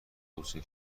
توصیه